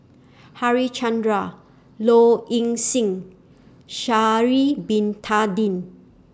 Harichandra Low Ing Sing and Sha'Ari Bin Tadin